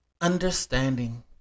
Understanding